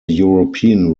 european